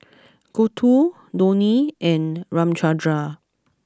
Gouthu Dhoni and Ramchundra